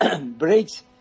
breaks